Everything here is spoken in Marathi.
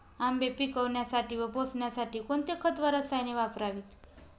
आंबे पिकवण्यासाठी व पोसण्यासाठी कोणते खत व रसायने वापरावीत?